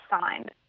signed